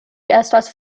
estas